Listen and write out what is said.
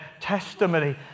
testimony